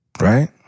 right